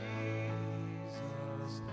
Jesus